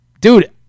dude